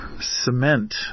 cement